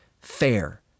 fair